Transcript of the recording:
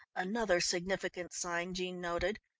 another significant sign jean noted,